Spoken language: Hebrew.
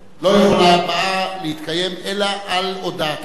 יכולה ההצבעה להתקיים אלא על הודעתך,